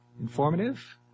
informative